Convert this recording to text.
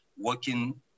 working